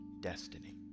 destiny